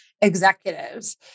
executives